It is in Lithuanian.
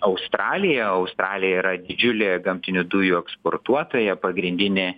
australija australija yra didžiulė gamtinių dujų eksportuotoja pagrindinė